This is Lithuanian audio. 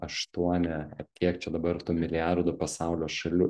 aštuoni kiek čia dabar tų milijardų pasaulio šalių